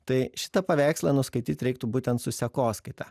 tai šitą paveikslą nuskaityt reiktų būtent su sekoskaita